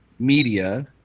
media